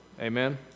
Amen